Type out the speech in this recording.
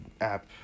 app